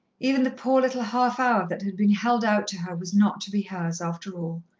even the poor little half-hour that had been held out to her was not to be hers, after all.